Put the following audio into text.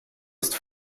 ist